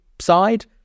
side